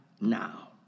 now